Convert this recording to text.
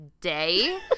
day